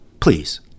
Please